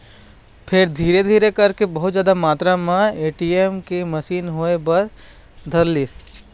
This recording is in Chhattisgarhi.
फेर धीरे धीरे करके बहुत जादा मातरा म ए.टी.एम के मसीन होय बर धरलिस